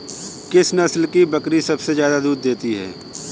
किस नस्ल की बकरी सबसे ज्यादा दूध देती है?